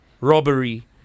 robbery